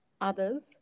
others